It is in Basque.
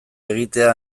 egitea